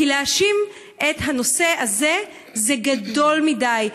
כי להאשים את הנושא הזה זה גדול מדי,